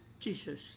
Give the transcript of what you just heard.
Jesus